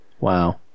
Wow